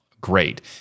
great